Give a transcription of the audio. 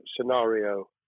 scenario